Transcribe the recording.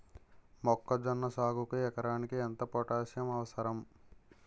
మొక్కజొన్న సాగుకు ఎకరానికి ఎంత పోటాస్సియం అవసరం?